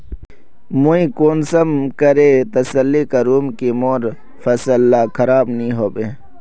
मुई कुंसम करे तसल्ली करूम की मोर फसल ला खराब नी होबे?